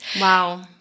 Wow